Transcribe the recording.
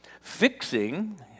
fixing